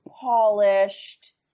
polished